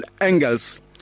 angles